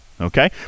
Okay